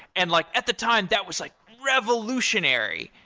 and like at the time, that was like revolutionary.